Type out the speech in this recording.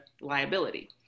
liability